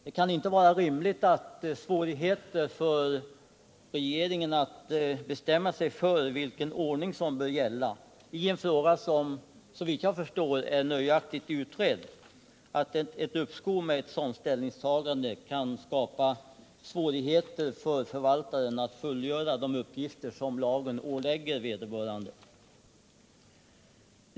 Det kan inte vara rimligt att svårigheter för regeringen att bestämma sig för vilken ordning som bör gälla i en fråga som såvitt jag förstår är nöjaktigt utredd skall leda till ett sådant uppskov med ställningstagandet att det kan bli svårigheter för förvaltaren att fullgöra de uppgifter som lagen ålägger vederbörande.